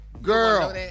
Girl